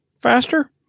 Faster